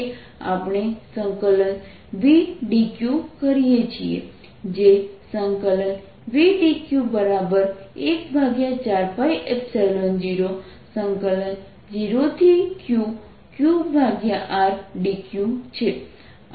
આપણે V dq કરીએ છીએ જે V dq14π00QqRdqછે અને આપણને V dq14π0Q22R જવાબ મળે છે